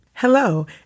Hello